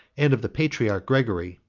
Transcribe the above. and of the patriarch gregory,